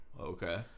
Okay